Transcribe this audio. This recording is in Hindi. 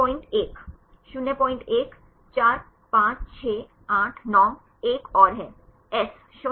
01 4 5 6 8 9 एक और है एस 01